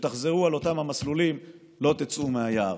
כשתחזרו על אותם המסלולים לא תצאו מהיער.